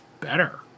better